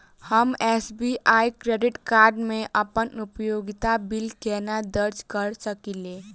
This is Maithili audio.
हम एस.बी.आई क्रेडिट कार्ड मे अप्पन उपयोगिता बिल केना दर्ज करऽ सकलिये?